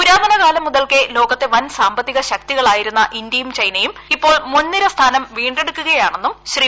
പുരാതന കാലം മുതൽക്കേ ലോക്ക്ത്തെ വൻ സാമ്പത്തിക ശക്തികളായിരുന്ന ഇന്തൃയ്ക്കും ചൈനയും ഇപ്പോൾ മുൻനിര സ്ഥാനം വീണ്ടെടുക്കുകയാണെന്നും ംശ്രീ